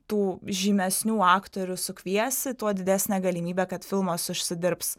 tų žymesnių aktorių sukviesi tuo didesnė galimybė kad filmas užsidirbs